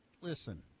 listen